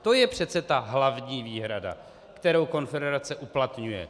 To je přece ta hlavní výhrada, kterou konfederace uplatňuje.